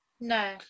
No